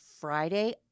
Friday